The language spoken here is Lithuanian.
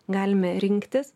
galime rinktis